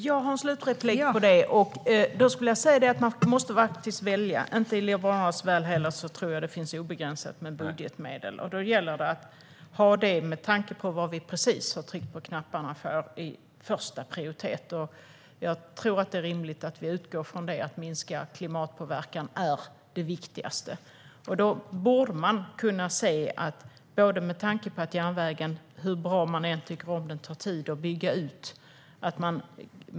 Fru talman! Nej, det blir det inte. Man måste välja. Jag tror inte att det finns obegränsat med budgetmedel i Liberalernas värld heller. Med tanke på vad vi precis har tryckt på knapparna för här i kammaren gäller det att ha det som första prioritet. Jag tror att det är rimligt att utgå från att det viktigaste är att minska klimatpåverkan. Då borde man kunna se att hur bra man än tycker om järnvägen tar det tid att bygga ut den.